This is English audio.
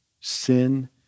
sin